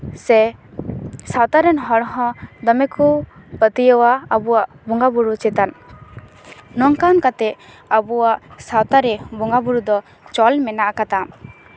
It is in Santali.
ᱥᱮ ᱥᱟᱶᱛᱟ ᱨᱮᱱ ᱦᱚᱲ ᱦᱚᱸ ᱫᱚᱮ ᱠᱚ ᱯᱟᱹᱛᱭᱟᱹᱣᱟ ᱟᱵᱚᱣᱟᱜ ᱵᱚᱸᱜᱟᱼᱵᱳᱨᱳ ᱪᱮᱛᱟᱱ ᱱᱚᱝᱠᱟᱱ ᱠᱟᱛᱮ ᱟᱵᱚᱣᱟᱜ ᱥᱟᱶᱛᱟᱨᱮ ᱵᱚᱸᱜᱟᱼᱵᱳᱨᱳ ᱫᱚ ᱪᱚᱞ ᱢᱮᱱᱟᱜ ᱠᱟᱫᱟ